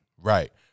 right